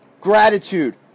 Gratitude